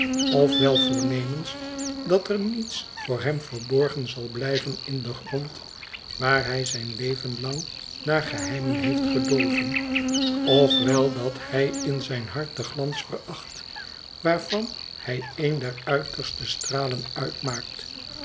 ofwel voornemens dat er niets voor hem verborgen zal blijven in den grond waar hij zijn leven lang naar geheimen heeft gedolven of wel dat hij in zijn hart den glans veracht waarvan hij een der uiterste stralen uitmaakt